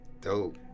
dope